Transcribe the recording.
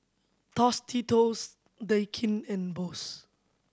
Tostitos Daikin and Bose